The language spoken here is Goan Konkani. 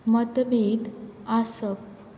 मतभेद आसप